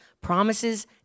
promises